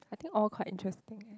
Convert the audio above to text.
I think all quite interesting eh